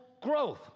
growth